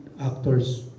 actors